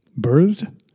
birthed